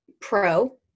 pro